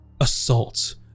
assault